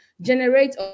generate